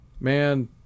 Man